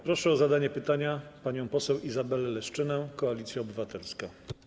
Proszę o zadanie pytania panią poseł Izabelę Leszczynę, Koalicja Obywatelska.